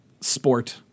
sport